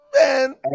Man